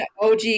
OG